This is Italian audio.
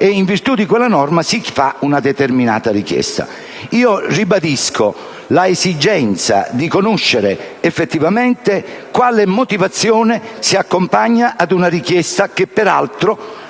in virtù della quale si formula una determinata richiesta. Ribadisco, pertanto, l'esigenza di conoscere effettivamente quale motivazione si accompagna ad una richiesta che, peraltro,